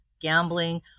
gambling